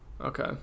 okay